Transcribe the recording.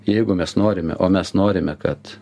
jeigu mes norime o mes norime kad